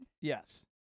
Yes